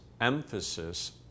emphasis